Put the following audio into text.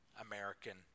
American